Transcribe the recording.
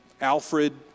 Alfred